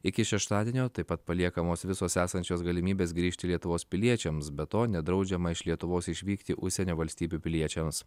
iki šeštadienio taip pat paliekamos visos esančios galimybės grįžti lietuvos piliečiams be to nedraudžiama iš lietuvos išvykti užsienio valstybių piliečiams